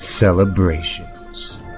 celebrations